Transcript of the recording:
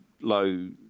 low